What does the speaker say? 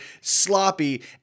sloppy